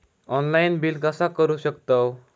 Online bill कसा करु शकतव?